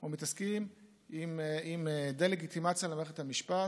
או מתעסקים עם דה-לגיטימציה למערכת המשפט,